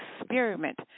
experiment